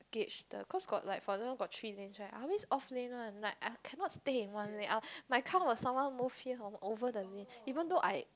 gauge the cause got like for example got three lanes right I always off lane one like I cannot stay in one lane I my car will somehow move here from over the lane even though I